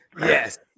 Yes